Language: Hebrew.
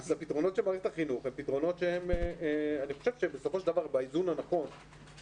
פתרונות שאני חושב שהם בסופו של דבר באיזון הנכון.